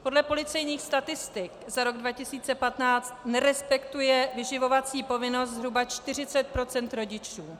Podle policejních statistik za rok 2015 nerespektuje vyživovací povinnost zhruba 40 % rodičů.